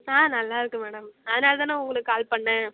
ஆ நல்லாயிருக்கு மேடம் அதனால் தானே உங்களுக்கு கால் பண்ணிணேன்